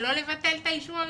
אבל לא לבטל את האישור הראשוני?